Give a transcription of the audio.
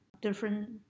different